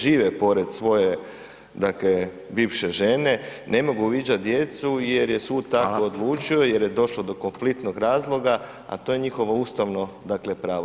Žive pored svoje bivše žene, ne mogu viđati djecu jer je sud tako odlučio jer je došlo do konfliktnog razloga, to je njihovo ustavno pravo.